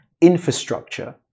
infrastructure